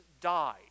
died